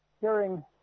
hearing